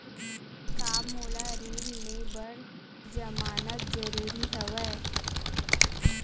का मोला ऋण ले बर जमानत जरूरी हवय?